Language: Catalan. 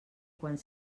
quan